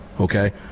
okay